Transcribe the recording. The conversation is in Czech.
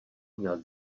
měl